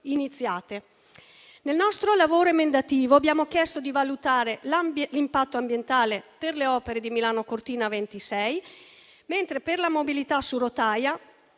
Nel nostro lavoro emendativo abbiamo chiesto di valutare l'impatto ambientale per le opere di Milano-Cortina 2026, mentre per la mobilità su rotaia